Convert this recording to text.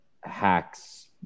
hacks